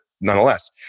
nonetheless